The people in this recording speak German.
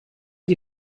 die